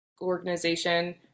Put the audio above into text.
organization